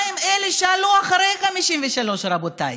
מה עם אלה שעלו אחרי 1953, רבותיי?